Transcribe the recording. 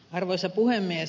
arvoisa puhemies